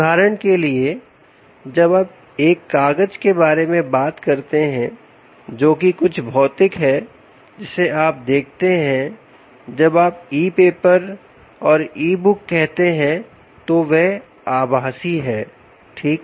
उदाहरण के लिए जब आप एक कागज के बारे में बात करते हैं जोकि कुछ कुछ भौतिक है जिससे आप देखते हैं जब आप ईपेपर और ई बुक कहते हैं तो वह आभासी है ठीक